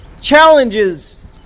challenges